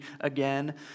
again